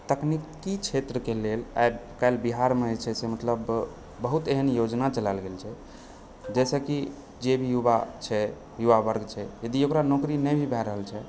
तकनीकी क्षेत्रके लेल आइ काल्हि बिहारमे जे छै से मतलब बहुत एहन योजना चलैल गेल छै जाहिसँ की जे युवा छै युवावर्ग छै यदि ओकरा नोकरी नहि भऽ रहल छै